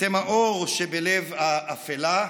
אתם האור שבלב האפלה,